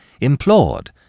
implored